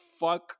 fuck